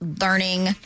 learning